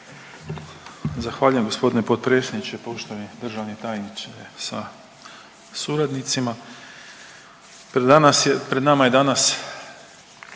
Zahvaljujem g. potpredsjedniče, poštovani državni tajniče sa suradnicima. Pred nama je danas